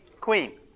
Queen